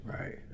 Right